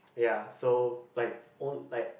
ya so like old like